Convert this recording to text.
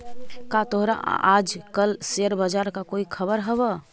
का तोहरा आज कल शेयर बाजार का कोई खबर हवअ